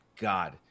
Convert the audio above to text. God